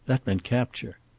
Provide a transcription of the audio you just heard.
that meant capture.